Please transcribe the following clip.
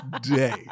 day